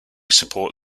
support